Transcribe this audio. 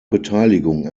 beteiligung